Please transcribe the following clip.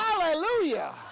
Hallelujah